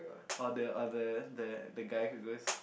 or the or the the guys who goes